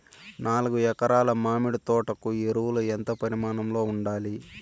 నాలుగు ఎకరా ల మామిడి తోట కు ఎరువులు ఎంత పరిమాణం లో ఉండాలి?